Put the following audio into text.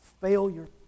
failure